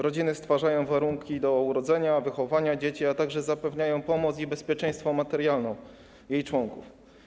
Rodziny stwarzają warunki do urodzenia, wychowania dzieci, a także zapewniają pomoc i bezpieczeństwo materialne jej członków.